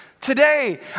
today